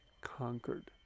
conquered